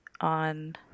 on